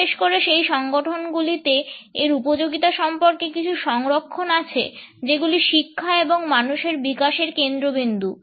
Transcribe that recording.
বিশেষ করে সেই সংগঠনগুলিতে এর উপযোগিতা সম্পর্কে কিছু সংরক্ষণ আছে যেগুলি শিক্ষা এবং মানুষের বিকাশের কেন্দ্রবিন্দু